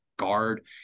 Guard